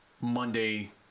Monday